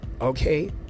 Okay